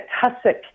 tussock